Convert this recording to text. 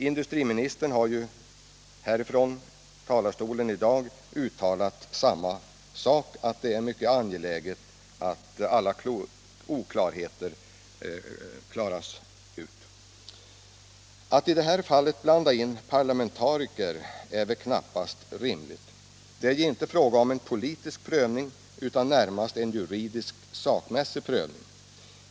Industriministern har från talarstolen i dag uttalat samma sak — att det är mycket angeläget att alla oklarheter reds upp. Att i detta fall blanda in parlamentariker är knappast rimligt. Det är ju inte fråga om en politisk prövning utan närmast en juridisk, sakmässig prövning.